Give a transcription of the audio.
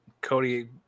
Cody